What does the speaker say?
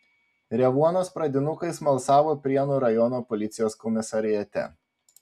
revuonos pradinukai smalsavo prienų rajono policijos komisariate